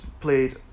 played